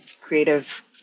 creative